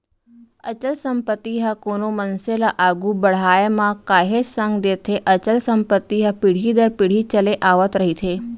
अचल संपत्ति ह कोनो मनसे ल आघू बड़हाय म काहेच संग देथे अचल संपत्ति ह पीढ़ी दर पीढ़ी चले आवत रहिथे